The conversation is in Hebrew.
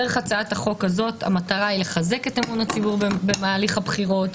דרך הצעת החוק הזאת המטרה היא לחזק את אמון הציבור בהליך הבחירות,